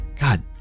God